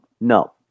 no